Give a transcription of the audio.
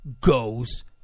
goes